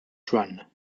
run